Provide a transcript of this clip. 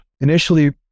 Initially